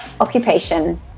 occupation